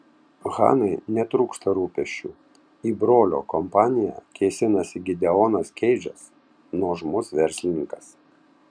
hanai netrūksta rūpesčių į brolio kompaniją kėsinasi gideonas keidžas nuožmus verslininkas